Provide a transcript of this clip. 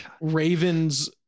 Ravens